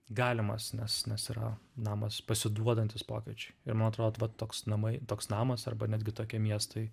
galimas nes nes yra namas pasiduodantis pokyčiui ir man atrodo va toks namai toks namas arba netgi tokie miestai